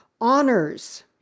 honors